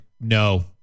no